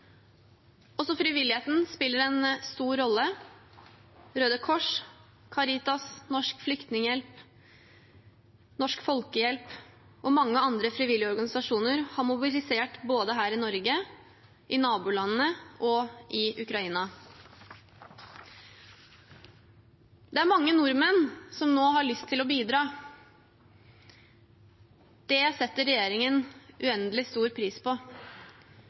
Også frivilligheten spiller en stor rolle. Røde Kors, Caritas, Flyktninghjelpen, Norsk Folkehjelp og mange andre frivillige organisasjoner har mobilisert både her i Norge, i nabolandene og i Ukraina. Det er mange nordmenn som nå har lyst til å bidra. Det setter regjeringen uendelig stor pris på.